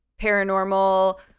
paranormal